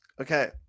okay